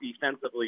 defensively